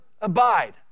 abide